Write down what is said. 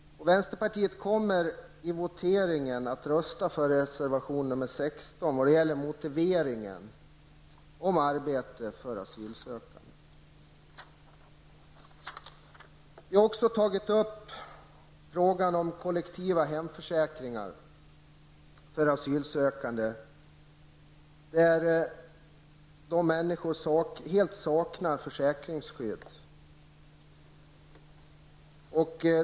Vänsterpartiet kommer i voteringen att rösta för reservation nr 16, i vad gäller motiveringen om arbete för asylsökande. Vi har också tagit upp frågan om kollektiva hemförsäkringar för asylsökande. Dessa människor saknar helt försäkringsskydd.